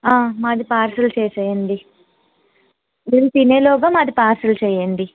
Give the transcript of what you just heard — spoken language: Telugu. మాది పార్సల్ చేసేయండి మేం తినేలోగా పార్సల్ చేయండి